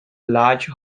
large